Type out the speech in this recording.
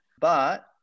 but-